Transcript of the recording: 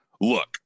Look